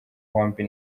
hombi